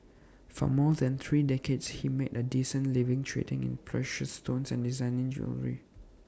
for more than three decades he made A decent living trading in precious stones and designing jewellery